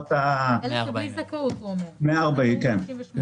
בסביבות ה-161 בסוף יולי, זה ירד.